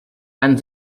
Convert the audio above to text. and